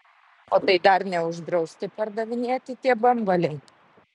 o tai dar neuždrausti pardavinėti tie bambaliai